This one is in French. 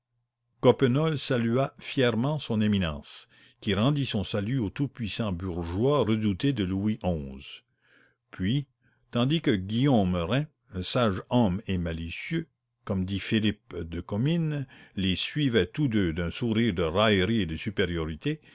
coppenole salua fièrement son éminence qui rendit son salut au tout-puissant bourgeois redouté de louis xi puis tandis que guillaume rym sage homme et malicieux comme dit philippe de comines les suivait tous deux d'un sourire de raillerie et de supériorité